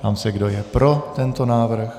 Ptám se, kdo je pro tento návrh.